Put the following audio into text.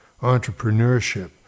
entrepreneurship